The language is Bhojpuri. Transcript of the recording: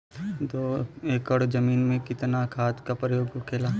दो एकड़ जमीन में कितना खाद के प्रयोग होखेला?